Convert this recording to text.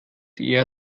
eher